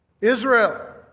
Israel